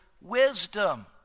wisdom